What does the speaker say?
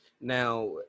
Now